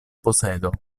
posedo